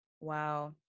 wow